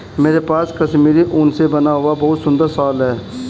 मेरे पास कश्मीरी ऊन से बना हुआ बहुत सुंदर शॉल है